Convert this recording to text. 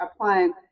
applying